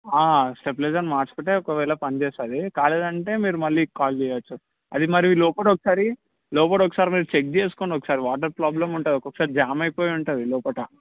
stabiliser మార్చుకుంటే ఒకవేళ పనిచేస్తుంది కాలేదంటే మీరు మళ్ళీ కాల్ చేయచ్చు అది మరి లోపల ఒకసారి లోపల ఒకసారి మీరు చెక్ చేసుకొని ఒకసారి వాటర్ ప్రాబ్లమ్ ఉంటుంది ఒకొక్కసారి జామ్ అయిపోయి ఉంటుంది లోపల